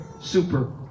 super